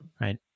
Right